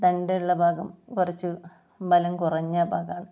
തണ്ടുള്ള ഭാഗം കുറച്ച് ബലം കുറഞ്ഞ ഭാഗമാണ്